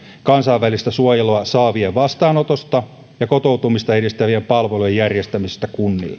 kansainvälistä suojelua saavien vastaanotosta ja kotoutumista edistävien palvelujen järjestämisestä kunnille alkukartoituksen